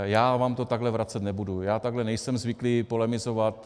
Já vám to takhle vracet nebudu, já takhle nejsem zvyklý polemizovat.